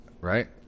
right